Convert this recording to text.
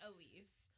Elise